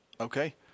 Okay